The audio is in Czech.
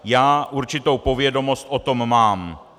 Já určitou povědomost o tom mám.